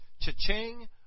cha-ching